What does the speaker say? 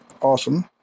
Awesome